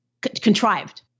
contrived